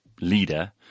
leader